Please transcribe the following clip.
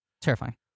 Terrifying